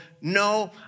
No